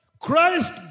Christ